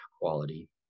quality